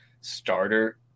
starter